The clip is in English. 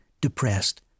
depressed